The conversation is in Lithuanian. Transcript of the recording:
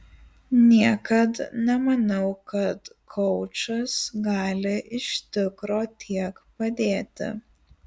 niekad nemaniau kad koučas gali iš tikro tiek padėti